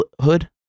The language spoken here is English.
hood